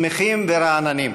שמחים ורעננים.